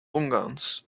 ungarns